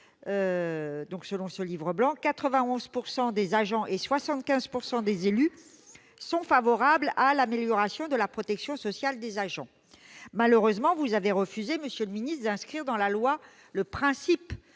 territoriale, la MNT, 91 % des agents et 75 % des élus sont favorables à l'amélioration de la protection sociale des agents. Malheureusement, vous avez refusé, monsieur le secrétaire d'État, d'inscrire dans la loi le principe